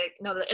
no